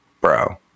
bro